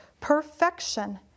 Perfection